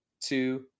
two